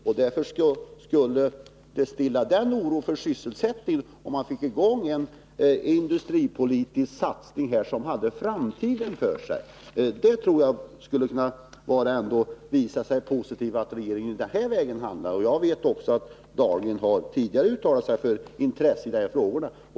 Den oron för sysselsättningen skulle alltså stillas om man fick i gång en industripolitisk satsning som hade framtiden för sig. Jag tror att det skulle vara positivt om regeringen handlar i detta läge. Jag vet att jordbruksminister Dahlgren tidigare uttalat sitt intresse i de här frågorna.